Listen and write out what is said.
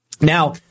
Now